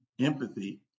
empathy